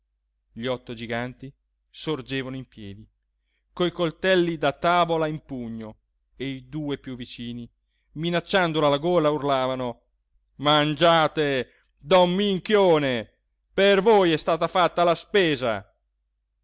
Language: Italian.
gli otto giganti sorgevano in piedi coi coltelli da tavola in pugno e i due piú vicini minacciandolo alla gola urlavano mangiate don minchione per voi è stata fatta la spesa